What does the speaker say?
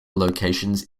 locations